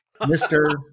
Mr